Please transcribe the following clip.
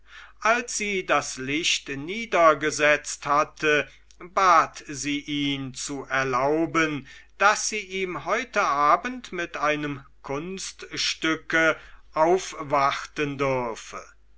als sie das licht niedergesetzt hatte bat sie ihn zu erlauben daß sie ihm heute abend mit einem kunststücke aufwarten dürfe